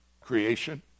creation